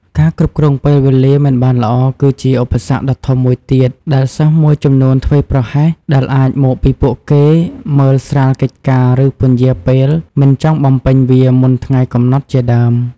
ការគ្រប់គ្រងពេលវេលាមិនបានល្អគឺជាឧបសគ្គដ៏ធំមួយទៀត ដែលសិស្សមួយចំនួនធ្វេសប្រហែលដែលអាចមកពីពួកគេមើលស្រាលកិច្ចការឫពន្យាពេលមិនចង់បំពេញវាមុនថ្ងៃកំណត់ជាដើម។